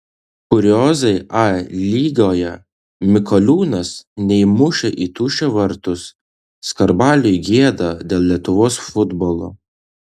kuriozai a lygoje mikoliūnas neįmušė į tuščius vartus skarbaliui gėda dėl lietuvos futbolo